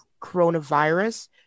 coronavirus